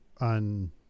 on